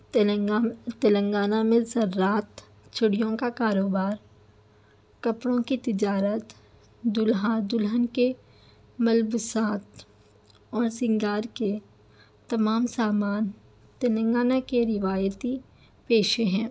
تلنگانہ تلنگانہ میں زراعت چڑیوں کا کاروبار کپڑوں کی تجارت دولہا دلہن کے ملبوسات اور سنگار کے تمام سامان تلنگانہ کے روایتی پیشے ہیں